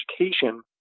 Education